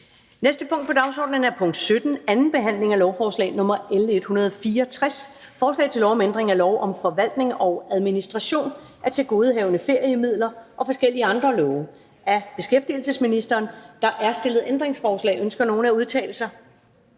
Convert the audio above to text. næste punkt på dagsordenen er: 17) 2. behandling af lovforslag nr. L 164: Forslag til lov om ændring af lov om forvaltning og administration af tilgodehavende feriemidler og forskellige andre love. (Førtidig udbetaling af resterende tilgodehavende feriemidler).